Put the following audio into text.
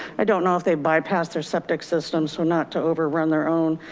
i don't know if they bypass their septic systems so not to over run their own,